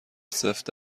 سفت